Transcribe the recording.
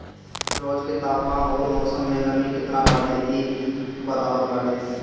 रोज के तापमान अउरी मौसम में नमी केतना बाटे इ भी बतावत बाटे